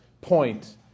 point